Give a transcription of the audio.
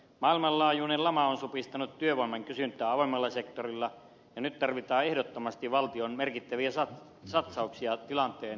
maailmanlaajuinen lama on supistanut työvoiman kysyntää avoimella sektorilla ja nyt tarvitaan ehdottomasti valtion merkittäviä satsauksia tilanteen vakauttamiseksi